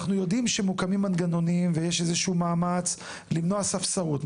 אנחנו יודעים שמוקמים מנגנונים ויש איזשהו מאמץ למנוע ספסרות,